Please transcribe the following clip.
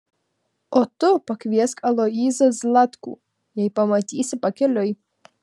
o tu pakviesk aloyzą zlatkų jei pamatysi pakeliui